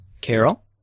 Carol